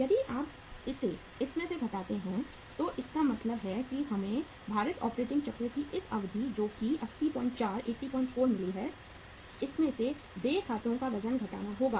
यदि आप इसे इसमें से हटाते हैं तो इसका मतलब है कि हमें भारित ऑपरेटिंग चक्र की यह अवधि जोकि 804 मिली है इसमें से देय खातों का वजन घटाना होगा